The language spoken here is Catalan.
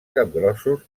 capgrossos